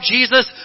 Jesus